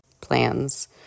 plans